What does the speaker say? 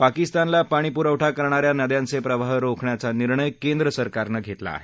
पाकिस्तानला पाणीपुरवठा करणाऱ्या नद्यांचे प्रवाह रोखण्याचा निर्णय केंद्रसरकारनं घेतला आहे